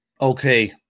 Okay